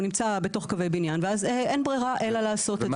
נמצא בתוך קווי בניין ואז אין ברירה אלא לעשות את זה.